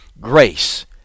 Grace